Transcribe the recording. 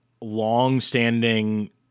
long-standing